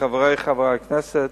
חברי חברי הכנסת,